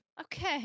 Okay